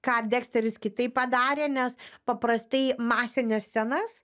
ką deksteris kitaip padarė nes paprastai masines scenas